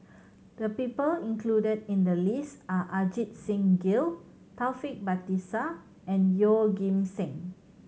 the people included in the list are Ajit Singh Gill Taufik Batisah and Yeoh Ghim Seng